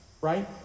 Right